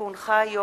כי הונחה היום,